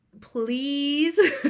please